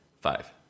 Five